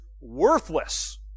worthless